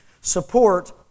support